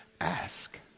ask